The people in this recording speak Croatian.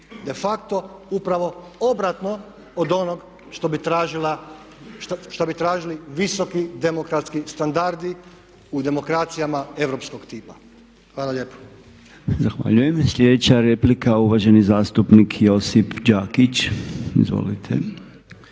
De facto upravo obratno od onog što bi tražila, što bi tražili visoki demokratski standardi u demokracijama europskog tipa. Hvala lijepo. **Podolnjak, Robert (MOST)** Zahvaljujem. Sljedeća replika uvaženi zastupnik Josip Đakić, izvolite.